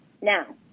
Now